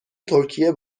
ترکیه